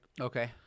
okay